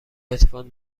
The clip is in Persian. هدفون